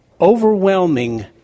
overwhelming